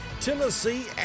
Tennessee